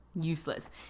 Useless